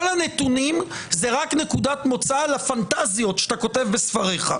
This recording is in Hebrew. כל הנתונים זה רק נקודת מוצא לפנטזיות שאתה כותב בספריך.